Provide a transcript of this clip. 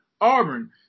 Auburn